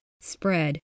spread